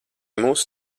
mūsu